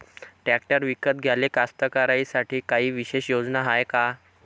Tractor विकत घ्याले कास्तकाराइसाठी कायी विशेष योजना हाय का?